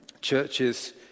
churches